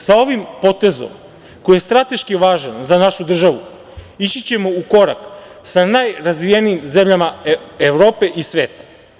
Sa ovim potezom koji je strateški važan za našu državu ići ćemo u korak sa najrazvijenijim zemljama Evrope i sveta.